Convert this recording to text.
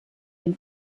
dem